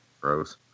gross